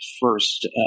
first